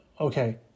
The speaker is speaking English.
okay